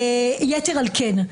יתר על כן,